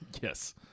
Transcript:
Yes